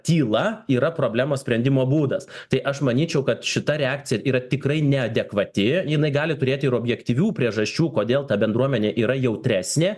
tyla yra problemos sprendimo būdas tai aš manyčiau kad šita reakcija yra tikrai neadekvati jinai gali turėt ir objektyvių priežasčių kodėl ta bendruomenė yra jautresnė